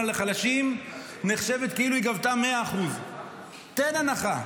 לחלשים נחשבת כאילו היא גבתה 100%. תן הנחה,